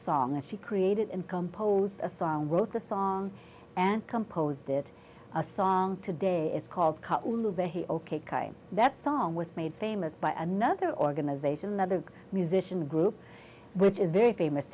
song that she created and composed a song wrote the song and composed it a song today it's called that song was made famous by another organization another musician group which is very famous